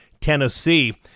Tennessee